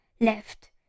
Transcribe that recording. left